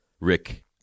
Rick